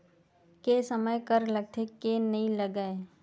के समय कर लगथे के नइ लगय?